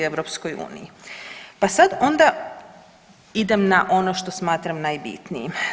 Pa sad onda idem na ono što smatram najbitnijim.